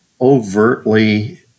overtly